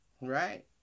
Right